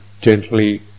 gently